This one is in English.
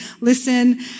listen